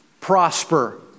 prosper